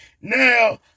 Now